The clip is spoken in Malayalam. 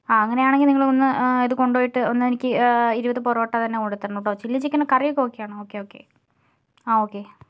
ആ അങ്ങനെയാണെങ്കിൽ നിങ്ങൾ വന്ന് ഇത് കൊണ്ടുപോയിട്ട് ഒന്ന് എനിക്ക് ഇരുപത് പൊറോട്ട തന്നെ കൊണ്ട് തരണം കേട്ടോ ചില്ലി ചിക്കൻ കറിയൊക്കെ ഓക്കേയാണ് ഓക്കേ ഓക്കേ ആ ഓക്കേ